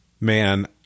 man